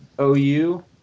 OU